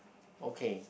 okay